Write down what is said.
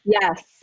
Yes